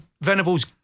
Venables